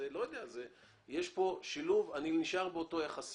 אני נשאר באותה יחסיות.